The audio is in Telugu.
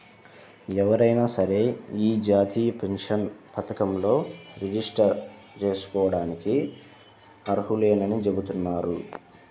ఎవరైనా సరే యీ జాతీయ పెన్షన్ పథకంలో రిజిస్టర్ జేసుకోడానికి అర్హులేనని చెబుతున్నారు